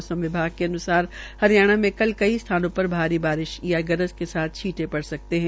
मौसम विभाग के अनुसार हरियाणा में कल कई स्थानों भारी बारिश या गरज के के साथ छींटे पड़ सकते है